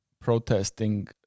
protesting